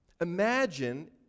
Imagine